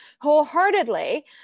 wholeheartedly